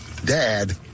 Dad